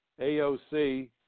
AOC